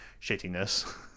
shittiness